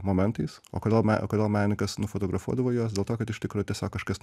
momentais o kodėl kodėl menininkas nufotografuodavo juos dėl to kad iš tikro tiesiog kažkas